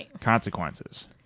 consequences